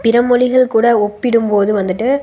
பிற மொழிகள் கூட ஒப்பிடும் போது வந்துட்டு